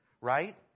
right